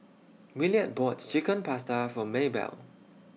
Williard bought Chicken Pasta For Maebell